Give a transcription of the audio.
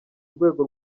rwego